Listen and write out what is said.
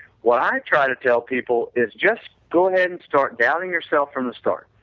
what i try to tell people is just go ahead and start doubting yourself from the start,